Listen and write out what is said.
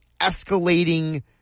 escalating